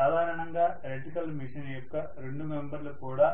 సాధారణంగా electrical machine యొక్క రెండు మెంబర్లు కూడా